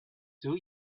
two